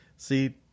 See